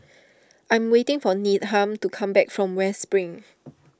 I am waiting for Needham to come back from West Spring